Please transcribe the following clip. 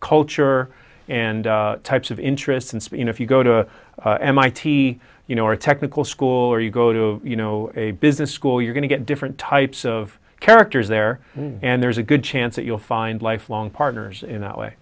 culture and types of interest and you know if you go to mit you know or a technical school or you go to you know a business school you're going to get different types of characters there and there's a good chance that you'll find lifelong partners in that way